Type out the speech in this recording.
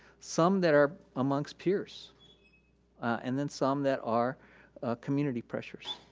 some that are amongst peers and then some that are community pressures.